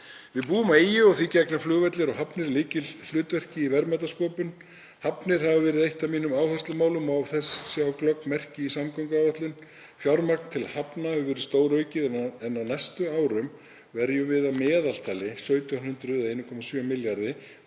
Við búum á eyju og því gegna flugvellir og hafnir lykilhlutverki í verðmætasköpun. Hafnir hafa verið eitt af mínum áherslumálum og má sjá glögg merki þess í samgönguáætlun. Fjármagn til hafna hefur verið stóraukið en á næstu árum verjum við að meðaltali 1.700 milljónum